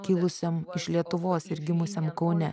kilusiam iš lietuvos ir gimusiam kaune